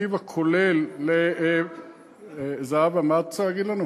התקציב הכולל, זהבה, מה את רוצה להגיד לנו?